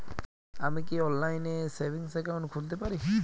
আমি কি অনলাইন এ সেভিংস অ্যাকাউন্ট খুলতে পারি?